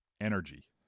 energy